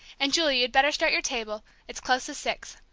and, julie, you'd better start your table it's close to six.